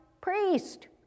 priest